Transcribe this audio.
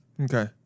Okay